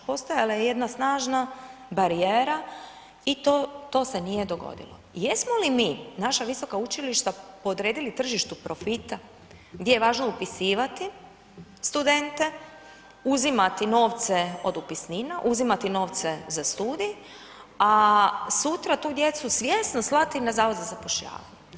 Postojala je jedna snažna barijera i to se nije dogodilo, jesmo li mi na visoka učilišta podredili tržištu profita, gdje je važno upisivati studente, uzimati novce od upisnina, uzimati novce, za studij, a sutra tu djecu svjesno slati na zavod za zapošljavanje.